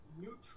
neutral